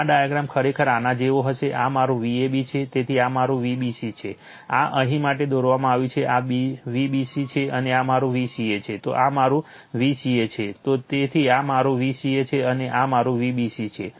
આ ડાયાગ્રામ ખરેખર આના જેવો હશે આ મારું Vab છે તેથી આ મારું Vbc છે આ અહીં માટે દોરવામાં આવ્યું છે આ Vbc છે અને આ મારું Vca છે તો આ મારું Vca છે તેથી આ મારું Vca છે અને આ મારું Vbc છે